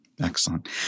Excellent